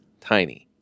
tiny